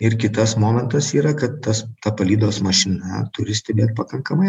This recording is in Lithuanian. ir kitas momentas yra kad tas ta palydos mašina turistinė ir pakankamai